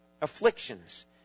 Afflictions